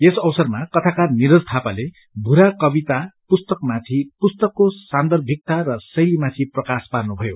यस अवसरमा कथाकार निरज थापाले मूरा कविता पुस्तकमाथि पुस्तकको सान्दमिकता र शैली माथि प्रकाश पार्नु भयो